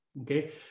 Okay